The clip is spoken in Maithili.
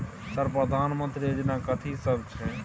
सर प्रधानमंत्री योजना कथि सब छै?